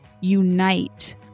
unite